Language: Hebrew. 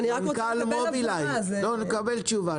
נקבל תשובה.